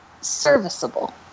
serviceable